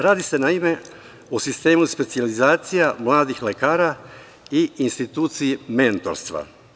Radi se, naime, o sistemu specijalizacija mladih lekara i instituciji mentorstva.